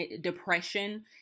depression